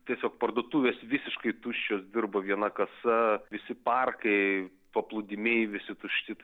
tiesiog parduotuvės visiškai tuščios dirba viena kasa visi parkai paplūdimiai visi tušti